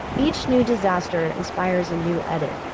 each new disaster inspires a new edit.